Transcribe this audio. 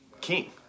king